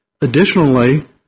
Additionally